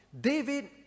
David